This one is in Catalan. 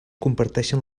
comparteixen